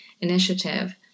initiative